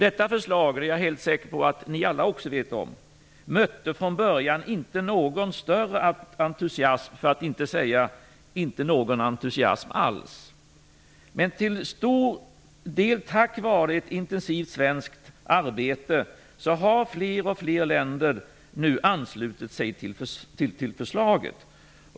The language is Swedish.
Detta förslag - det är jag säker på att alla ni också vet om - mötte från början inte någon större entusiasm, för att inte säga ingen entusiasm alls. Men tack vare ett intensivt svenskt arbete har fler och fler länder nu anslutit sig till förslaget.